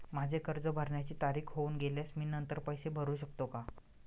माझे कर्ज भरण्याची तारीख होऊन गेल्यास मी नंतर पैसे भरू शकतो का?